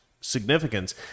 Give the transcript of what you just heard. significance